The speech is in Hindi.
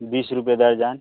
बीस रुपये दर्जन